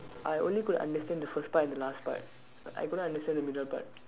I only could understand the first part and the last part I couldn't understand the middle part